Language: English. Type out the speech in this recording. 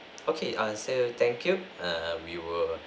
okay uh sir thank you err we will